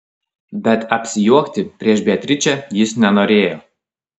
bet apsijuokti prieš beatričę jis nenorėjo